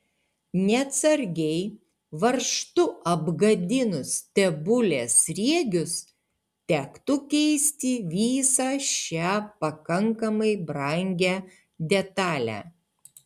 neatsargiai varžtu apgadinus stebulės sriegius tektų keisti visą šią pakankamai brangią detalę